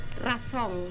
razón